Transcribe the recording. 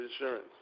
insurance